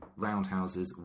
roundhouses